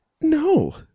No